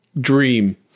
dream